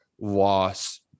loss